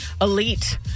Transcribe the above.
elite